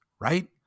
right